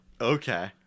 Okay